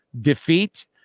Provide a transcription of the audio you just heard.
defeat